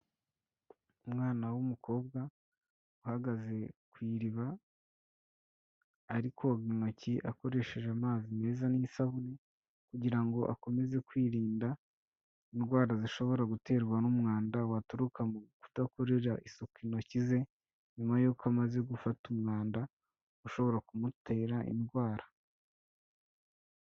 Umwana w'umukobwa uhagaze ku iriba, ari koga intoki akoresheje amazi meza n'isabune, kugira ngo akomeze kwirinda indwara zishobora guterwa n'umwanda waturuka mu kudakorerara isuku intoki ze nyuma y'uko amaze gufata umwanda ushobora kumutera indwara.